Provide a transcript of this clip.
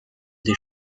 des